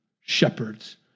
Shepherds